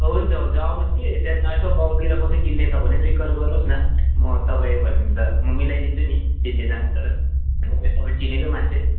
हुन्छ हुन्छ आउनुहोस् कि त्यहाँदेखि यसो गाउँतिर कसै किन्ने छ भने पनि रिक्वाएर गर्नुहोस् न म तपाईँ भने त म मिलाइदिन्छु नि हुनु त तपाईँ चिनेकै मान्छे